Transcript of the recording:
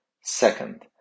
Second